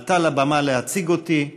עלתה לבימה להציג אותי ואמרה: